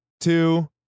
two